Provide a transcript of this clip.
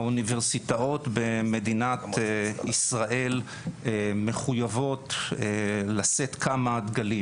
האוניברסיטאות במדינת ישראל מחוייבות לשאת כמה דגלים.